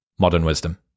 modernwisdom